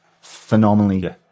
phenomenally